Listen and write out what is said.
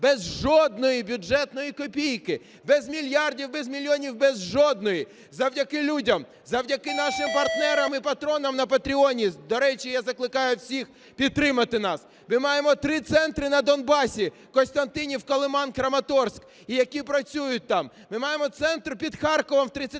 без жодної бюджетної копійки, без мільярдів, без мільйонів, без жодної, завдяки людям, завдяки нашим партнерам і патронам на Патреоні. До речі, я закликаю всіх підтримати нас. Ми маємо три центри на Донбасі: Костянтинівка, Лиман, Краматорськ, які працюють там. Ми маємо центр під Харковом в 30